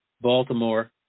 Baltimore